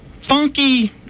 funky